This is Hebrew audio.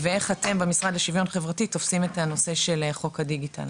איך אתם במשרד לשוויון חברתי תופסים את חוק הדיגיטל?